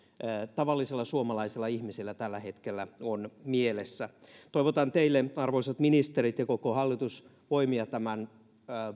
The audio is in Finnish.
tavallisella suomalaisella ihmisellä tällä hetkellä on mielessä toivotan teille arvoisat ministerit ja koko hallitus voimia tämän